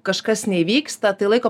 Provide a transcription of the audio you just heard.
kažkas neįvyksta tai laiko